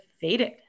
faded